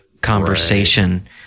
conversation